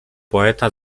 poeta